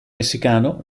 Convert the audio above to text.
messicano